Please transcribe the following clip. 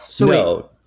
No